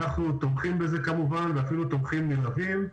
אנחנו תומכים בזה כמובן ואפילו תומכים נלהבים.